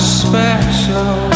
special